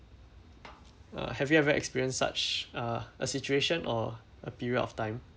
uh have you ever experience such uh a situation or a period of time